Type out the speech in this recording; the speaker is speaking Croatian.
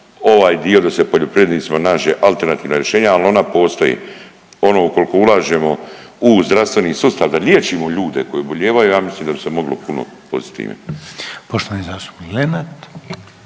ovaj dio da se poljoprivrednicima nađe alternativna rješenja, al ona postoje. Ono koliko ulažemo u zdravstveni sustav da liječimo ljude koji oboljevaju ja mislim da bi se moglo puno postić